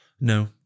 No